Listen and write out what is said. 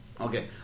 Okay